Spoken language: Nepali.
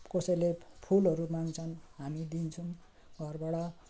कसैले फुलहरू माग्छन् हामी दिन्छौँ घरबाट